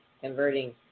converting